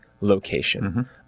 location